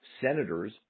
senators